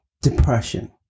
depression